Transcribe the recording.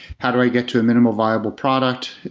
how do i get to a minimal viable product.